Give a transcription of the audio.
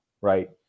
right